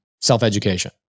self-education